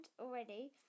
already